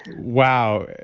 wow.